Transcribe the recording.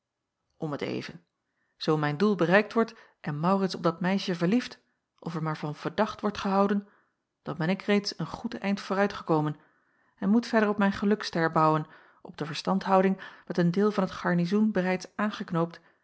om t even zoo mijn doel bereikt wordt en maurits op dat meisje verlieft of er maar van verdacht wordt gehouden dan ben ik reeds een goed eind vooruitgekomen en moet verder op mijn gelukster bouwen op de verstandhouding met een deel van t garnizoen bereids